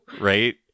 Right